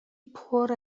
پره